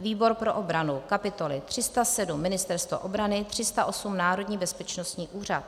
výbor pro obranu kapitoly 307 Ministerstvo obrany, 308 Národní bezpečnostní úřad;